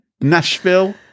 Nashville